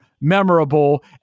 memorable